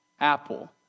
Apple